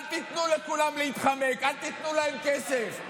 אל תיתנו לכולם להתחמק, אל תיתנו להם כסף.